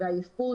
ועייפות,